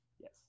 Yes